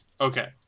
Okay